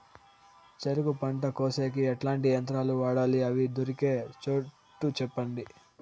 చెరుకు పంట కోసేకి ఎట్లాంటి యంత్రాలు వాడాలి? అవి దొరికే చోటు చెప్పండి?